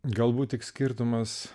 galbūt tik skirtumas